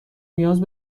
نیاز